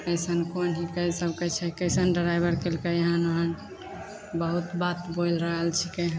अइसन कोन हिकै सभ कहै छै कइसन ड्राइवर केलकै हँ एहन बहुत बात बोलि रहल छिकै